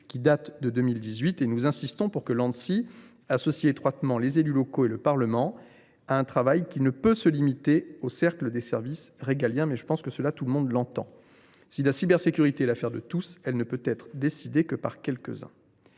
qui date de 2018. Nous insistons pour que l’Anssi associe étroitement les élus locaux et le Parlement à un travail qui ne peut se limiter au cercle des services régaliens – il me semble que tout le monde comprend cela. Si la cybersécurité est l’affaire de tous, elle ne peut être décidée que par quelques uns.